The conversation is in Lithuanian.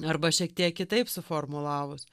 arba šiek tiek kitaip suformulavus